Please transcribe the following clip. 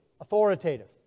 authoritative